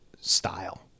style